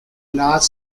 large